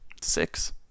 Six